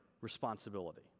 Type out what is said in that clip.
responsibility